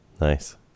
Nice